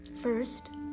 First